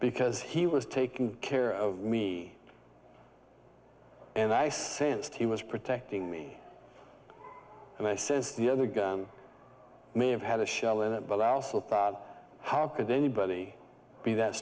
because he was taking care of me and i sensed he was protecting me and i sense the other guy may have had a shell in it but i also thought how could anybody be that